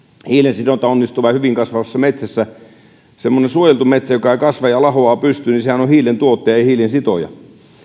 hiilensidonta onnistuu vain hyvin kasvavassa metsässä semmoinen suojeltu metsä joka ei kasva ja lahoaa pystyyn sehän on hiilen tuottaja ei hiilen sitoja